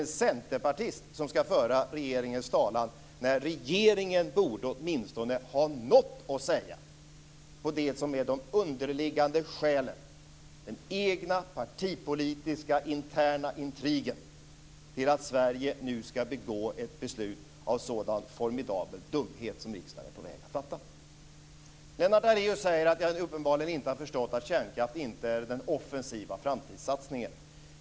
En centerpartist skall alltså föra regeringens talan! Regeringen borde åtminstone ha något att säga om det som är de underliggande skälen, nämligen den egna partipolitiska interna intrigen, till att man nu skall fatta ett beslut av en sådan formidabel dumhet som riksdagen nu är på väg att fatta. Lennart Daléus säger att jag uppenbarligen inte har förstått att kärnkraft inte är den offensiva framtidssatsningen.